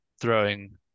throwing